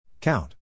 Count